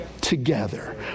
Together